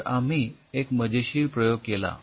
तर आम्ही एक मजेशीर प्रयोग केला